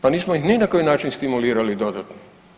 Pa nismo ih ni na koji način stimulirali dodatno.